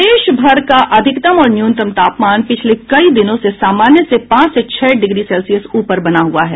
प्रदेशभर का अधिकतम और न्यूनतम तापमान पिछले कई दिनों से सामान्य से पांच से छह डिग्री सेल्सियस ऊपर बना हुआ है